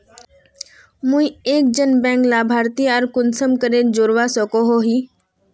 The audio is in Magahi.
मुई एक जन बैंक लाभारती आर कुंसम करे जोड़वा सकोहो ही?